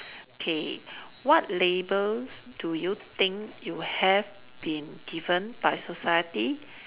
K what labels do you think you have been given by society